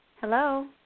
Hello